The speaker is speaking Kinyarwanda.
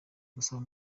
gusaba